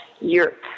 Europe